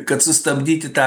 kad sustabdyti tą